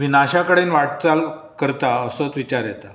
विनाशा कडेन वाटचाल करता असोच विचार येता